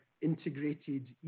integrated